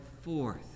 forth